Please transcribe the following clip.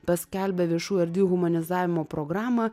paskelbė viešų erdvių humanizavimo programą